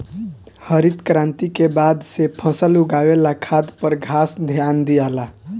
हरित क्रांति के बाद से फसल उगावे ला खाद पर खास ध्यान दियाला